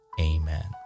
Amen